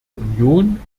union